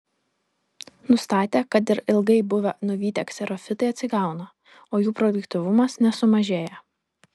nustatė kad ir ilgai buvę nuvytę kserofitai atsigauna o jų produktyvumas nesumažėja